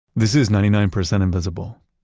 this is ninety nine percent invisible.